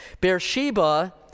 Beersheba